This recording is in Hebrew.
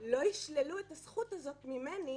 לא ישללו את הזכות הזאת ממני